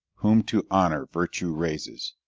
whom to honour virtue raises,